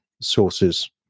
sources